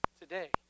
today